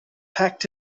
packed